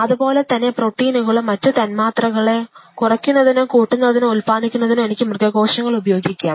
അതുപോലെ തന്നെ പ്രോട്ടീനുകളെയോ മറ്റ് തന്മാത്രകളെയോ കുറയ്ക്കുന്നതിനോ കൂട്ടത്തോടെ ഉൽപാദിപ്പിക്കുന്നതിനോ എനിക്ക് മൃഗകോശങ്ങൾ ഉപയോഗിക്കാം